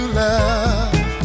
love